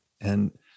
And-